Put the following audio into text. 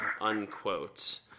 Unquote